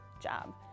job